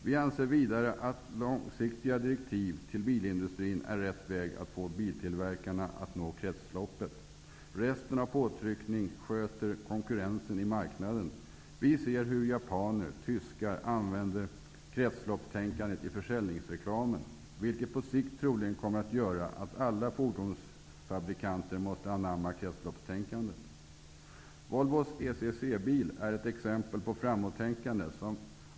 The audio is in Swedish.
Vi anser vidare att långsiktiga direktiv till bilindustrin är rätt väg för att få biltillverkarna att anpassa sig till kretsloppet. Resten av påtryckningarna sköter konkurrensen på marknaden. Vi ser hur japaner och tyskar använder kretsloppstänkandet i försäljningsreklamen. Det kommer på sikt troligen att innebära att fordonsfabrikanter måste annamma kretsloppstänkandet. Volvos ECC-bil är ett exempel på framåttänkande.